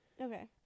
Okay